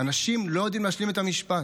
אנשים לא ידעו להשלים את המשפט.